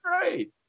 great